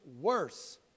worse